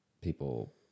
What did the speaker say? people